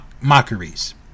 mockeries